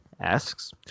asks